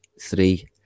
three